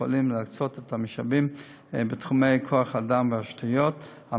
בתי-החולים להקצות את המשאבים בתחומי כוח-אדם והתשתיות על